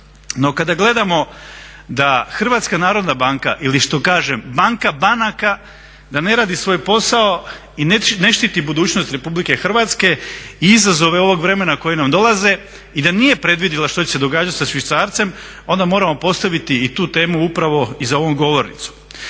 No, kada gledamo da Hrvatska narodna banka ili što kažem banka banaka da ne radi svoj posao i ne štiti budućnost RH i izazove ovog vremena koji nam dolaze i da nije predvidjela što će se događati sa švicarcem onda moramo postaviti i tu temu upravo i za ovom govornicom.